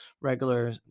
regular